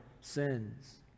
sins